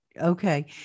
Okay